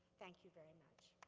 thank you very much.